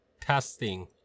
testing